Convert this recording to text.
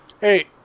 Hey